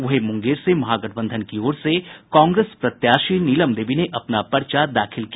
वहीं मुंगेर से महागठबंधन की ओर से कांग्रेस प्रत्याशी नीलम देवी ने अपना पर्चा दाखिल किया